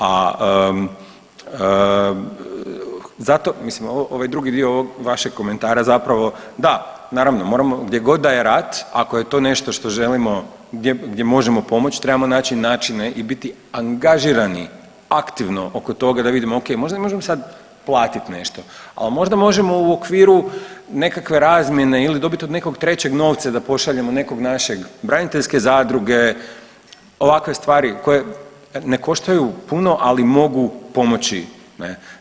A zato, mislim ovaj drugi dio vašeg komentara zapravo, da naravno moramo, gdje god da je rat ako je to nešto što želimo gdje možemo pomoći trebamo naći načina i biti angažirani aktivno oko toga da vidimo ok možda im možemo sad platit nešto, ali možda možemo u okviru nekakve razmjene ili dobit od nekog trećeg novce da pošaljemo nekog našeg, braniteljske zadruge ovakve stvari koje ne koštaju puno ali mogu pomoći ne.